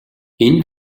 энэ